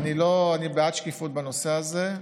אני בעד שקיפות בנושא הזה,